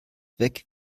weg